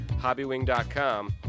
hobbywing.com